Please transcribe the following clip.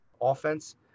offense